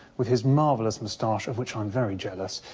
with his marvellous moustache, of which i'm very jealous,